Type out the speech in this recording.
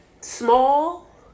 small